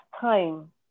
time